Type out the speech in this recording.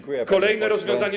Kolejne rozwiązanie.